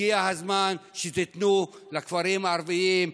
הגיע הזמן שתיתנו לכפרים הערביים,